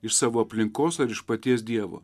iš savo aplinkos ar iš paties dievo